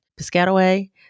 Piscataway